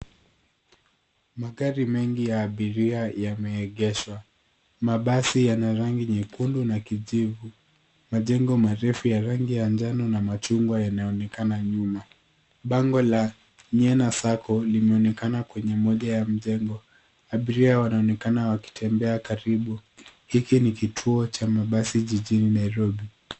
Magari mengi ya abiria yameegeshwa. Mabasi yana rangi nyekundu na kijivu. Majengo marefu ya rangi ya njano na machungwa yanaonekana nyuma. Bango la NYENA Sacco limeonekana kwenye moja ya mjengo. Abiria wanaonekana wakitembea karibu. Hiki ni kituo cha mabasi jijini Nairobi.